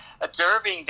observing